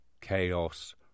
chaos